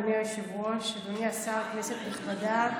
אדוני היושב-ראש, אדוני השר, כנסת נכבדה,